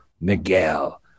Miguel